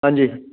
ਹਾਂਜੀ